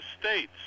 states